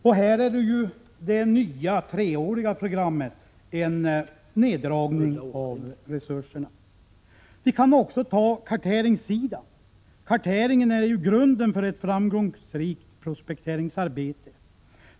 Och det nya treåriga programmet innebär en neddragning av resurserna. Vi kan också se på karteringssidan. Karteringen är ju grunden för ett framgångsrikt prospekteringsarbete.